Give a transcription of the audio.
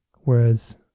Whereas